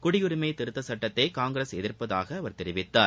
குடியுரிமை திருத்தச் சட்டத்தை காங்கிரஸ் எதிர்ப்பதாக அவர் தெரிவித்தார்